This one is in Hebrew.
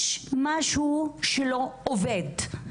יש משהו שלא עובד.